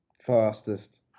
fastest